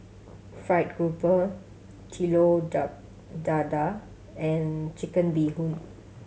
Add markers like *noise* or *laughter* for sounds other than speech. Fried Garoupa telur *unintelligible* dadah and Chicken Bee Hoon